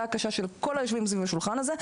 הקשה של כל היושבים סביב השולחן הזה.